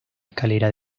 escalera